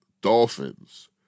Dolphins